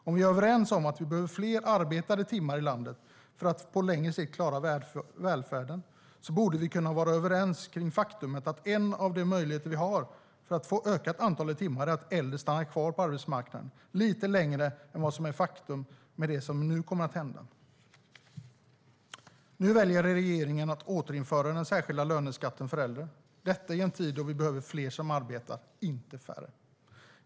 Om vi är överens om att vi behöver fler arbetade timmar i landet för att på längre sikt klara välfärden borde vi kunna vara överens om faktumet att en av de möjligheter vi har att öka antalet arbetade timmar är att äldre stannar kvar på arbetsmarknaden lite längre än vad som blir ett faktum med det som nu kommer att hända. Nu väljer regeringen att återinföra den särskilda löneskatten för äldre - detta i en tid då vi behöver fler som arbetar, inte färre.